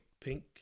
pink